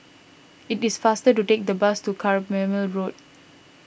it is faster to take the bus to Carpmael Road